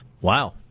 Wow